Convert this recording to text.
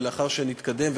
ולאחר שנתקדם,